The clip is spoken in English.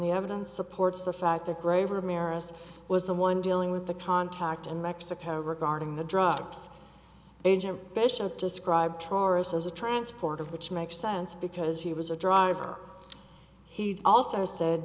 the evidence supports the fact that grover maris was the one dealing with the contact in mexico regarding the drugs agent bishop described taurus as a transporter which makes sense because he was a driver he also said